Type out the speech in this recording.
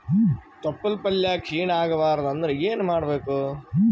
ತೊಪ್ಲಪಲ್ಯ ಕ್ಷೀಣ ಆಗಬಾರದು ಅಂದ್ರ ಏನ ಮಾಡಬೇಕು?